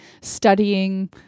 studying